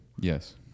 Yes